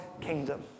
kingdom